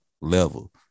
Level